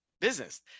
business